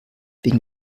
wegen